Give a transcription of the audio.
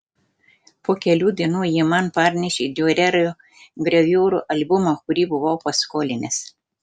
po kelių dienų ji man parnešė diurerio graviūrų albumą kurį buvau paskolinęs